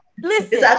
Listen